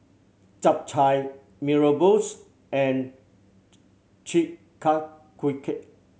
Chap Chai Mee Rebus and Chi Kak Kuih